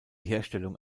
herstellung